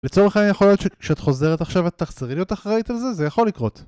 לצורך העניין, יכול להיות שכשאת חוזרת עכשיו ואת תחזרי להיות אחראית על זה, זה יכול לקרות